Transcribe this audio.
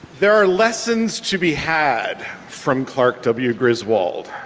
there are lessons to be had from clark w. griswold.